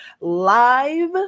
live